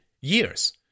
years